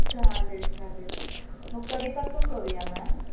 चालेल चालेल मग कधीपासून करूया मॅम